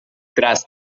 tras